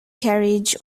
carriage